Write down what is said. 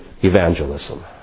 evangelism